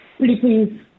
Please